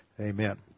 Amen